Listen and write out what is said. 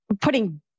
putting